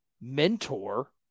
mentor